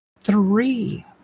three